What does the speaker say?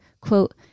quote